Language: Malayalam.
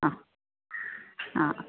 ആ ആ